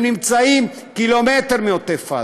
הם נמצאים קילומטר מעוטף עזה,